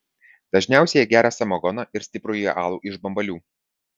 dažniausiai jie geria samagoną ir stiprųjį alų iš bambalių